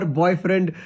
boyfriend